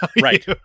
right